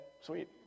Sweet